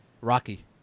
Rocky